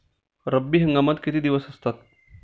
रब्बी हंगामात किती दिवस असतात?